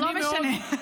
לא משנה.